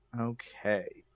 Okay